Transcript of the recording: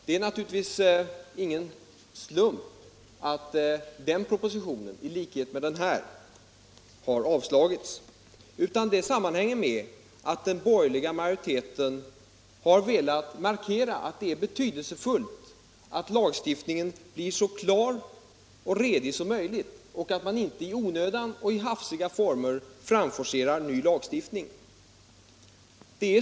Det är naturligtvis ingen slump att den propositionen i likhet med den här har avstyrkts, utan det sammanhänger med att den borgerliga majoriteten har velat markera att det är betydelsefullt att lagstiftningen blir så klar och redig som möjligt och att man inte i onödan och i hafsiga former framforcerar ny lagstiftning.